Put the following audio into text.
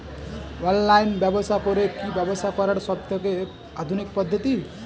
Online ব্যবসা করে কি ব্যবসা করার সবথেকে আধুনিক পদ্ধতি?